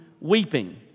weeping